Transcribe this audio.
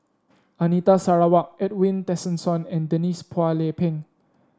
Anita Sarawak Edwin Tessensohn and Denise Phua Lay Peng